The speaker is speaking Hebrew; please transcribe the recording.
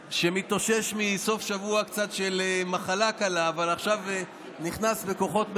שמתאושש קצת מסוף שבוע של מחלה קלה אבל עכשיו נכנס בכוחות מחודשים,